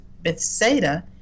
Bethsaida